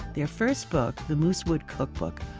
their first book, the moosewood cookbook,